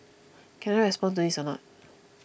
can I respond to this anot